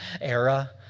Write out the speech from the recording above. era